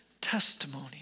testimony